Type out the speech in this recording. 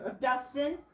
Dustin